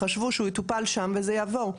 חשבו שהוא יטופל שם וזה יעבור,